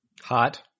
Hot